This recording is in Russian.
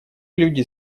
люди